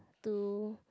two